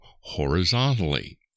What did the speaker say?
horizontally